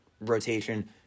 rotation